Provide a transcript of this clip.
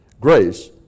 Grace